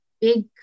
big